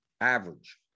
Average